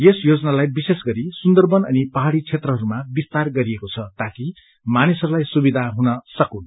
यस योजनालाई विशेष गरी सुन्दरबन अनि पहाड़ी क्षेत्रहरूमा विस्तार गरिएको छ ताकि मानिसहरूलाई सुविधा हुन सकून्